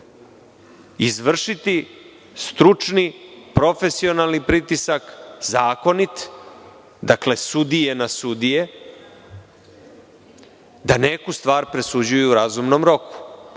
izvršiti stručni, profesionalni pritisak zakonit, sudije na sudije, da neku stvar presuđuju u razumnom roku